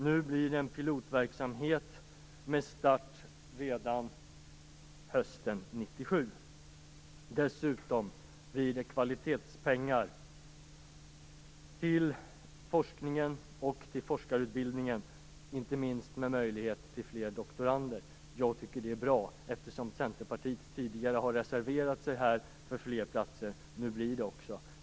Nu blir det en pilotverksamhet med start redan hösten 1997. Dessutom blir det kvalitetspengar till forskningen och till forskarutbildningen. Det kommer inte minst att ge möjlighet till fler doktorander. Jag tycker att det är bra, eftersom Centerpartiet tidigare har reserverat sig för fler platser. Nu blir det också så.